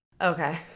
okay